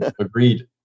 Agreed